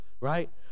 right